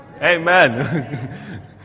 Amen